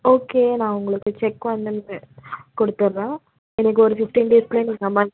okay நான் உங்களுக்கு check வந்து கொடுத்துட்றேன் எனக்கு ஒரு ஃபிஃப்ட்டின் டேஸ்க்குள்ளே எனக்கு